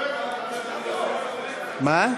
מה?